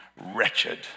wretched